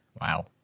Wow